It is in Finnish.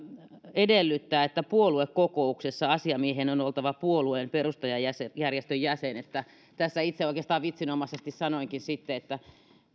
edellyttää että puoluekokouksessa asiamiehen on oltava puolueen perustajajärjestön jäsen tässä oikeastaan itse vitsinomaisesti sanoinkin että